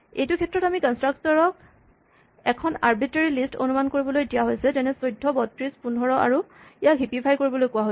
এইটো ক্ষেত্ৰত আমাৰ কন্স্ট্ৰাকটৰ ক এখন আৰ্বিট্ৰেৰী লিষ্ট অনুমান কৰিবলৈ দিয়া হৈছে যেনে ১৪ ৩২ ১৫ আৰু ইয়াক হিপিফাই কৰিবলৈ কৈছে